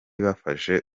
bafashe